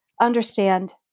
understand